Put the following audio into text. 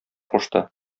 кушты